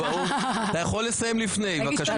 אתה יכול לסיים לפני בבקשה.